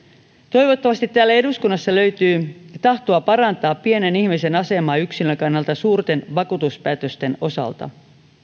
toivottavasti täällä eduskunnassa löytyy tahtoa parantaa pienen ihmisen asemaa yksilön kannalta suurten vakuutuspäätösten osalta